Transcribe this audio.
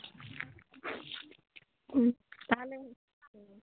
ᱛᱟᱦᱚᱞᱮ